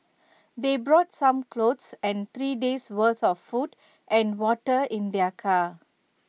they brought some clothes and three days' worth of food and water in their car